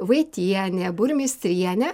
vaitienė burmistrienė